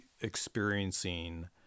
experiencing